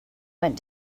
went